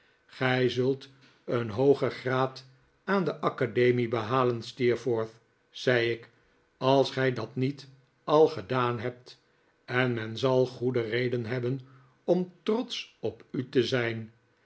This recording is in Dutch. gij zult een hoogen graad aan de academie behalen steerforth zei ik als gij dat niet al gedaan hebt en men zal goede reden hebben om trotsch op u te zijn